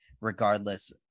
regardless